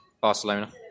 Barcelona